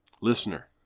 Listener